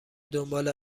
دنبال